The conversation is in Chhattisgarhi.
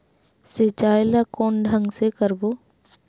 सिंचाई ल कोन ढंग से करबो?